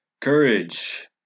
Courage